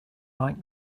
like